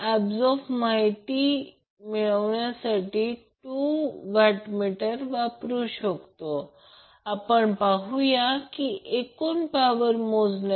आता या प्रकरणात अंदाज आहेत की वॅटमीटर रीडिंगमध्ये टोटल अब्सोरबड पॉवर शोधा